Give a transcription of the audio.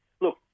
Look